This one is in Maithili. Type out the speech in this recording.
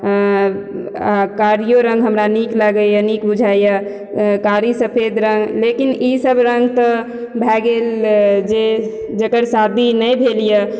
कारियो रङ्ग हमरा नीक लागइए नीक बुझाइए कारी सफेद रङ्ग लेकिन ई सब रङ्ग तऽ भए गेल जे जकर शादी नहि भेल यऽ